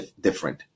different